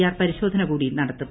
R പരിശോധന കൂടി നടത്തും